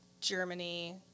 Germany